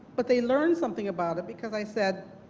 but they learned something about it because i said,